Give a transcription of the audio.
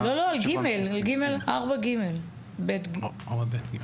לא, על 4ב(ג).